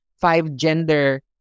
five-gender